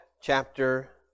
chapter